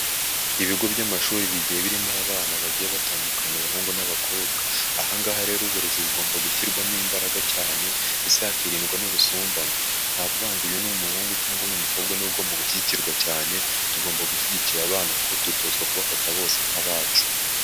Ibigo by'amashuri bigiye birimo abana bagiye batandukanya abahungu n'abakobwa, ahangaha rero uburezi bugomba gushyirwamo imbaraga cyane ndetse hakiririndwa n'ubusumbane nta kuvangura, ntakuvuga ngo uyu ni umuhungu cyangwa ni umukobwa ni we ugomba gushyigikirwa cyane tugomba gushyigikira abana kuko dutozwa kubafata bose nk'abacu.